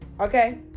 okay